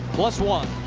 plus one.